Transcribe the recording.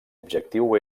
objectiu